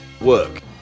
Work